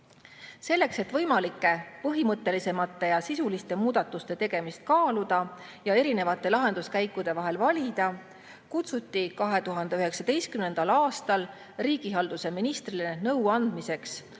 Selleks, et võimalike põhimõttelisemate ja sisuliste muudatuste tegemist kaaluda ja erinevate lahenduskäikude vahel valida, kutsuti 2019. aastal riigihalduse ministrile nõu andmiseks